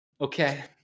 Okay